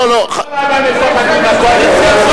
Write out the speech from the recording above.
הקואליציה הזאת,